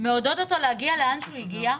מעודד אותו להגיע לאן שהוא הגיע.